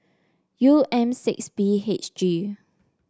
U M six B H G